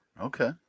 Okay